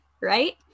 right